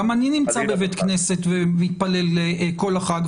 גם אני נמצא בבית כנסת ומתפלל כל החג,